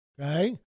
okay